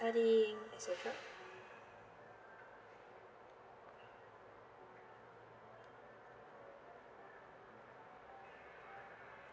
studying et cetera